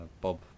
Bob